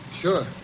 sure